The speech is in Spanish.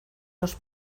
los